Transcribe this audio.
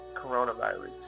coronavirus